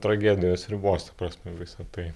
tragedijos ribos ta prasme visa tai